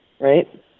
right